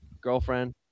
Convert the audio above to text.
girlfriend